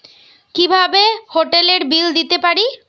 কিভাবে হোটেলের বিল দিতে পারি?